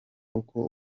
uko